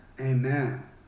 Amen